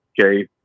Okay